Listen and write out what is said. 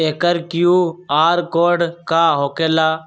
एकर QR code का होकेला?